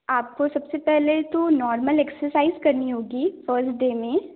आपको सबसे पहले तो नार्मल एक्सरसाइज़ करनी होंगी फर्स्ट डे में